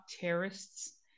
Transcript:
terrorists